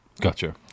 Gotcha